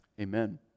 Amen